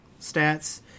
stats